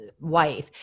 wife